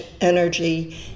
energy